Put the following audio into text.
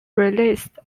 released